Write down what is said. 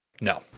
no